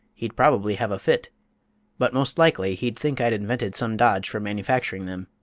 he'd probably have a fit but most likely he'd think i'd invented some dodge for manufacturing them,